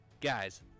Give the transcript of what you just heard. Guys